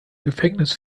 gefängnis